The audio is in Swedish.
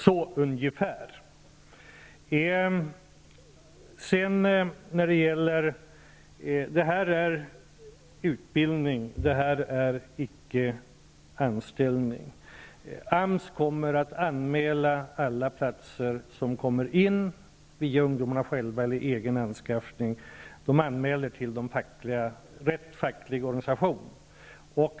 Så ungefär kommer det att bli. Det här är utbildning -- det är icke anställning. AMS kommer att anmäla alla platser som kommer in, via ungdomarna själva eller egenanskaffning, till rätt facklig organisation.